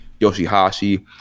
Yoshihashi